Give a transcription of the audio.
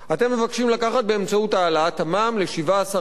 אתם מבקשים לקחת באמצעות העלאת המע"מ ל-17%,